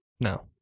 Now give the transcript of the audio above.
No